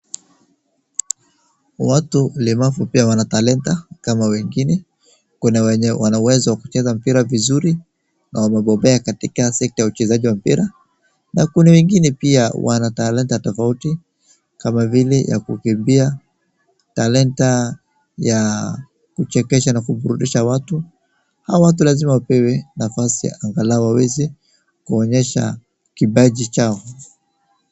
Watu walemavu pia wana talanta kama wengine. Kuna wenye wana uwezo wa kucheza mpira vizuri na wamebobea katika sekta ya uchezaji wa mpira. Na kuna wengine pia wana talanta tofauti, kama vile ya kukimbia, talanta ya kuchekesha na kuburudisha watu. Hawa watu lazima wapewe nafasi angalau waweze kuonyesha kipaji chao.